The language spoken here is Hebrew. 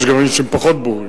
יש דברים שהם פחות ברורים,